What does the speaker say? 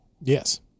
Yes